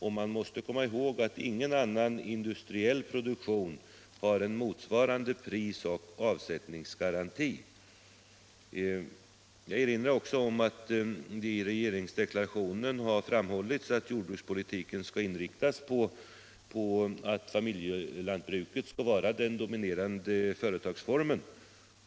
Man måste också komma ihåg att ingen annan industriell produktion har motsvarande pris och avsättningsgaranti. Jag erinrar också om att det i regeringsdeklarationen har framhållits att jordbrukspolitiken skall ”inriktas på att familjelantbruket skall vara den dominerande företagsformen”.